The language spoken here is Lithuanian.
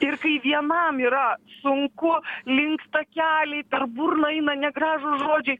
ir kai vienam yra sunku linksta keliai per burną eina negražūs žodžiai